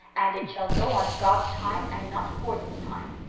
and it shall go on god's time and not borden's time.